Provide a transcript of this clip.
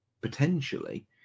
potentially